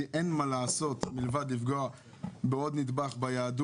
כך לפי ההסבר של חברת הכנסת